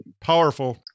Powerful